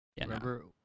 Remember